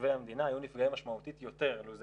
תושבי המדינה היו נפגעות משמעותית יותר לו זה